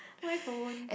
my phone